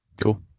Cool